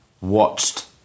watched